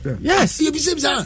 Yes